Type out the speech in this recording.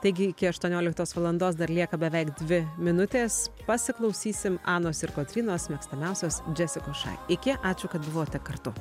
taigi iki aštuonioliktos valandos dar lieka beveik dvi minutės pasiklausysim anos ir kotrynos mėgstamiausios džesikos shy iki ačiū kad buvote kartu